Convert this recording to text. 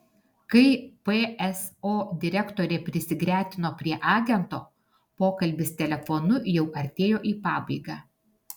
kai pso direktorė prisigretino prie agento pokalbis telefonu jau artėjo į pabaigą